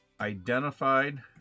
identified